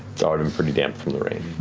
it's already pretty damp from the rain.